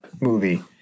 movie